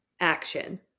action